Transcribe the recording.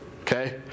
Okay